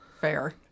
Fair